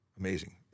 Amazing